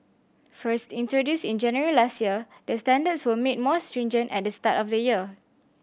first introduced in January last year the standards were made more stringent at the start of the year